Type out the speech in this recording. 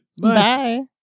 bye